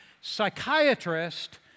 psychiatrist